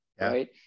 Right